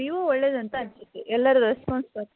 Vivo ಒಳ್ಳೆಯದಂತ ಅನ್ನಿಸುತ್ತೆ ಎಲ್ಲರ ರೆಸ್ಪಾನ್ಸ